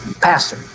Pastor